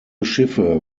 schiffe